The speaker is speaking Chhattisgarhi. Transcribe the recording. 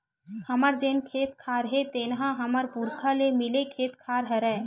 हमर जेन खेत खार हे तेन ह हमर पुरखा ले मिले खेत खार हरय